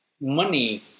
money